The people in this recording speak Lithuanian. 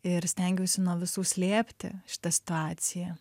ir stengiausi nuo visų slėpti šitą situaciją